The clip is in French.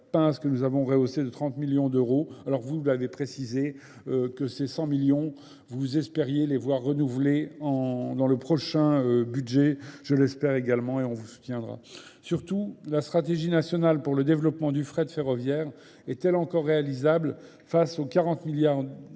que nous avons rehaussée de 30 millions d'euros. Alors vous, vous l'avez précisé, que ces 100 millions Vous espériez les voir renouveler dans le prochain budget. Je l'espère également. Et on vous soutiendra. Surtout, la stratégie nationale pour le développement du frais de ferroviaire est-elle encore réalisable face aux 40 milliards d'économies